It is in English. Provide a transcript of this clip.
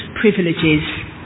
privileges